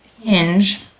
Hinge